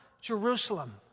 Jerusalem